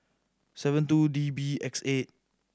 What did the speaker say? seven two D B X eight